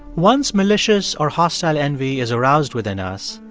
once malicious or hostile envy is aroused within us,